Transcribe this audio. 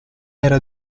era